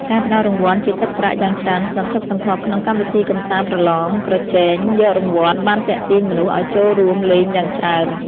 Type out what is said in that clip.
ការផ្តល់រង្វាន់ជាទឹកប្រាក់យ៉ាងច្រើនសន្ធឹកសន្ធាប់ក្នុងកម្មវិធីកម្សាន្តប្រឡងប្រជែងយករង្វាន់បានទាក់ទាញមនុស្សឱ្យចូលរួមលេងយ៉ាងច្រើន។